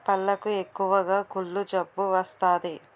పళ్లకు ఎక్కువగా కుళ్ళు జబ్బు వస్తాది